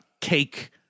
cake